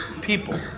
people